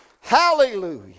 Hallelujah